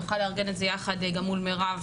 נוכל לארגן את זה גם ביחד מול מירב.